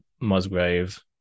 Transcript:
Musgrave